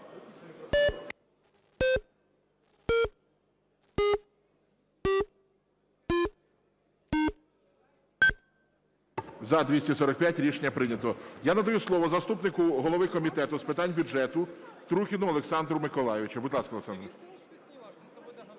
За-245 Рішення прийнято. Я надаю слово заступнику голови Комітету з питань бюджету Трухіну Олександру Миколайовичу. Будь ласка, Олександре.